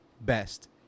best